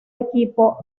equipo